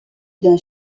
d’un